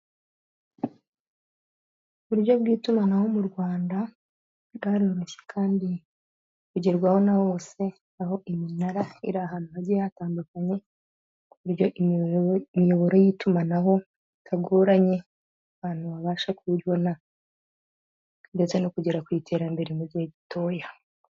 Uburyo bw'itumanaho mu Rwanda, bwaroroshye kandi bugerwaho na bose, aho iminara iri ahantu hagiye hatandukanye ku buryo imiyoboro y'itumanaho itagoranye abantu babasha kuyibona ndetse no kugera ku iterambere mu gihe gitoya.